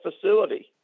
facility